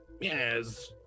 yes